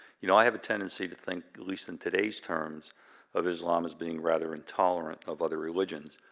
you know i have a tendency to think, at least in today's terms of islam as being rather intolerant of other religions.